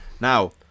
Now